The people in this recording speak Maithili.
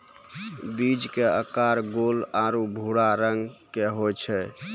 बीज के आकार गोल आरो भूरा रंग के होय छै